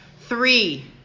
three